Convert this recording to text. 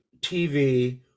tv